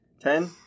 ten